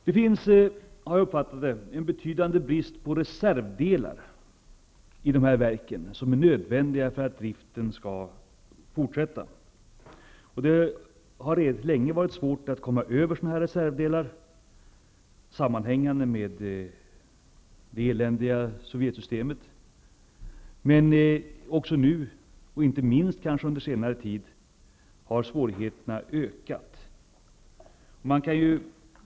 Det finns, såsom jag har uppfattat det, i dessa verk en betydande brist på reservdelar som är nödvändiga för att driften skall kunna fortsätta. Det har rätt länge varit svårt att komma över sådana reservdelar, sammanhängande med det eländiga sovjetsystemet. Under senare tid har svårigheterna ökat.